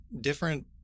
different